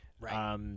Right